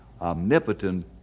omnipotent